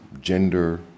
gender